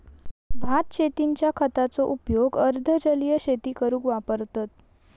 भात शेतींच्या खताचो उपयोग अर्ध जलीय शेती करूक वापरतत